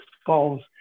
skulls